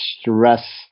stress